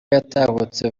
yatahutse